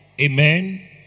Amen